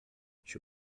she